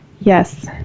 Yes